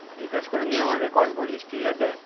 জিজ্ঞাস করে নিয়ে আমাকে কল করিস ঠিক আছে